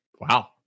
Wow